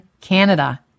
Canada